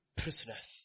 prisoners